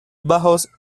bajos